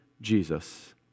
Jesus